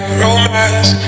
romance